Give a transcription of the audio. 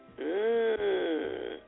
Mmm